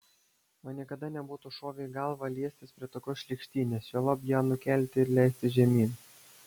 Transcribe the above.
man niekada nebūtų šovę į galvą liestis prie tokios šlykštynės juolab ją nukelti ir leistis žemyn